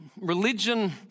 religion